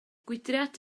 gwydraid